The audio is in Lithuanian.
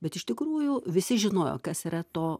bet iš tikrųjų visi žinojo kas yra to